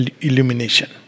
illumination